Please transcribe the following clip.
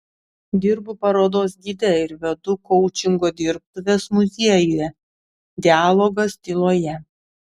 dirbu parodos gide ir vedu koučingo dirbtuves muziejuje dialogas tyloje